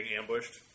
ambushed